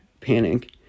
panic